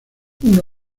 uno